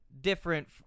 different